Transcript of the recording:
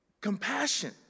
Compassion